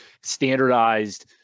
standardized